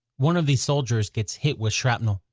one of the soldiers gets hit with shrapnel,